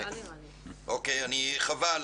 חבל.